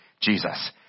Jesus